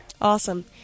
Awesome